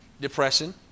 depression